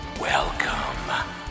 welcome